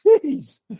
please